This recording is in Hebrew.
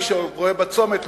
מי שקורא בצומת,